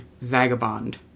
vagabond